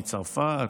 מצרפת,